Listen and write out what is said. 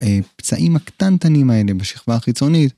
פצעים הקטנטנים האלה בשכבה החיצונית.